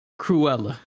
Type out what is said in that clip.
cruella